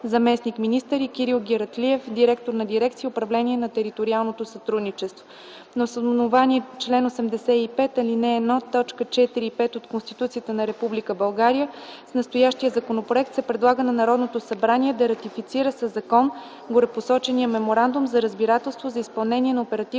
заместник-министър, и Кирил Гератлиев – директор на дирекция „Управление на териториалното сътрудничество”. На основание чл. 85, ал. 1, т. 4 и 5 от Конституцията на Република България с настоящия законопроект се предлага на Народното събрание да ратифицира със закон горепосочения Меморандум за разбирателство за изпълнение на Оперативна